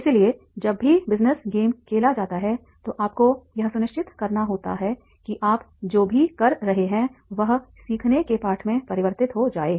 इसलिए जब भी बिजनेस गेम खेला जाता है तो आपको यह सुनिश्चित करना होता है कि आप जो भी कर रहे हैं वह सीखने के पाठ में परिवर्तित हो जाए